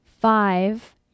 Five